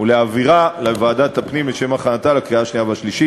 ולהעבירו לוועדת הפנים לשם הכנתו לקריאה השנייה והשלישית.